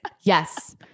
Yes